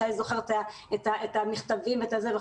שי קלדרון זוכר את המכתבים וכולי.